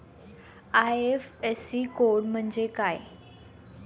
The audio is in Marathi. आय.एफ.एस.सी कोड म्हणजे काय?